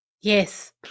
Yes